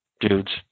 Dudes